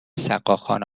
سقاخانه